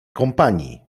kompanii